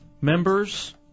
members